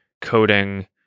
coding